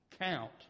count